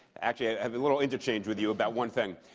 actually ah have a little interchange with you about one thing.